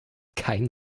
kein